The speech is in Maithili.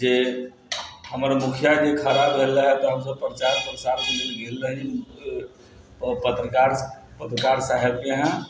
जे हमर मुखिया जे खड़ा भेल रहै तऽ हमसब प्रचार प्रसार लेल गेल रही पत्रकार पत्रकार साहबके यहाँ